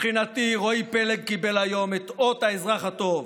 מבחינתי רועי פלג קיבל היום את אות האזרח הטוב,